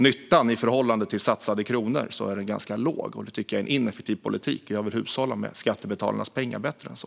Nyttan i förhållande till satsade kronor är ganska låg, och jag tycker att detta är en ineffektiv politik. Jag vill hushålla med skattebetalarnas pengar bättre än så.